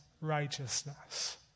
righteousness